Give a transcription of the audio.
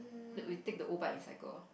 we take the O-Bike and cycle